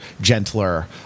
gentler